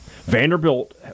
Vanderbilt